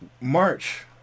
March